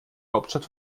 hauptstadt